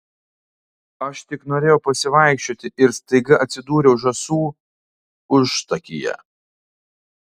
aš tik norėjau pasivaikščioti ir staiga atsidūriau žąsų užtakyje